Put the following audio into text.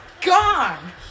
Gone